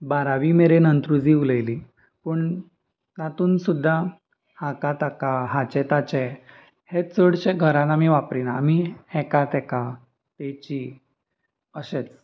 बारावी मेरेन अंत्रुजी उलयली पूण तातून सुद्दां हाका ताका हाचे ताचे हें चडशे घरान आमी वापरिना आमी हेका तेका तेची अशेंच